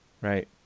Right